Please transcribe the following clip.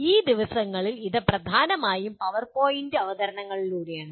ഈ ദിവസങ്ങളിൽ ഇത് പ്രധാനമായും പവർപോയിന്റ് അവതരണങ്ങളിലൂടെയാണ്